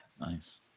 Nice